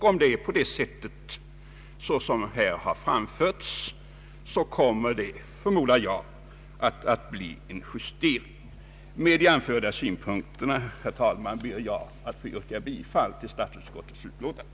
Om det förhåller sig så som här har anförts, så förmodar jag att det kommer att bli en justering. Med det anförda ber jag, herr talman, att få yrka bifall till utskottets utlåtande.